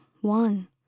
one